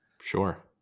Sure